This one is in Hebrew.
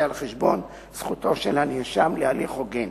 על חשבון זכותו של הנאשם להליך הוגן.